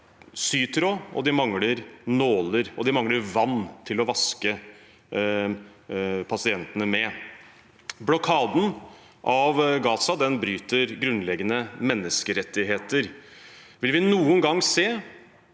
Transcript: sytråd, de mangler nåler, og de mangler vann til å vaske pasientene med. Blokaden av Gaza bryter grunnleggende menneskerettigheter. Vil vi noen gang se